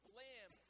lamb